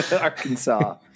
Arkansas